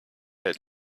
had